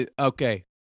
okay